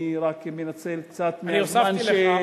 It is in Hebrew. אני רק מנצל קצת מהזמן, אני הוספתי לך.